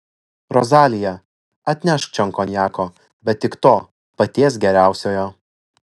rozalija atnešk čion konjako bet tik to paties geriausiojo